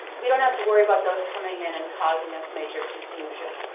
we don't have to worry about those coming in and causing us major confusion.